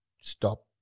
stop